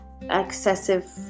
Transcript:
excessive